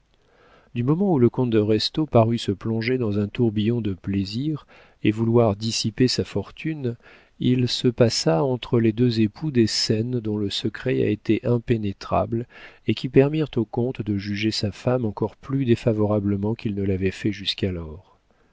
du moment où le comte de restaud parut se plonger dans un tourbillon de plaisirs et vouloir dissiper sa fortune il se passa entre les deux époux des scènes dont le secret a été impénétrable et qui permirent au comte de juger sa femme encore plus défavorablement qu'il ne l'avait fait jusqu'alors